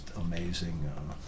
amazing